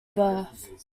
birth